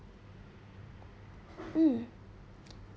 mm